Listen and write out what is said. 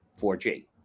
4g